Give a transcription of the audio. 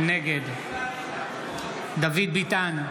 נגד דוד ביטן,